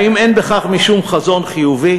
האם אין בכך משום חזון חיובי?